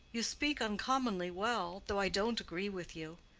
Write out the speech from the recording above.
you speak uncommonly well, though i don't agree with you.